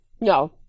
No